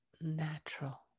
natural